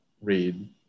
read